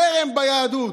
זרם ביהדות?